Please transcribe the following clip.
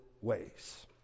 ways